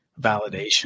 validation